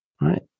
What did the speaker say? Right